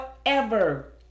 forever